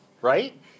Right